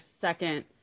second